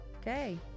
okay